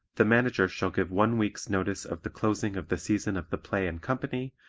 the manager shall give one week's notice of the closing of the season of the play and company,